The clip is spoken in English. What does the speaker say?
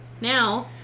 now